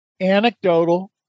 anecdotal